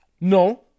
No